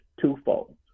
twofold